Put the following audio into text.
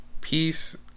Peace